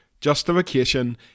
Justification